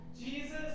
Jesus